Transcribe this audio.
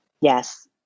Yes